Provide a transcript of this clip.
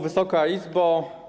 Wysoka Izbo!